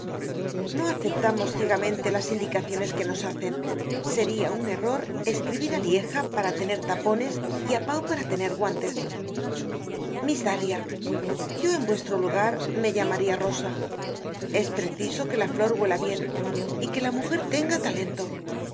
no aceptemos ciegamente las indicaciones que nos hacen seria un error escribir á lieja para tener tapones y á pau para tener guantes miss dalia yo en vuestro lugar me llamaria rosa es preciso que la flor huela bien y que la mujer tenga talento